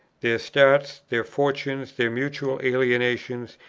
their starts, their fortunes, their mutual alienation,